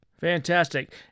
Fantastic